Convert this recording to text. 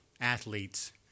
athletes